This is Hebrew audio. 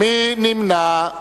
מי נמנע?